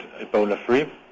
Ebola-free